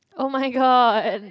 oh my god